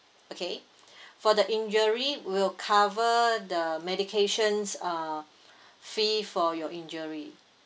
okay for the injury will cover the medications uh fee for your injury